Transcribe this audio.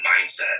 mindset